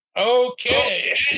Okay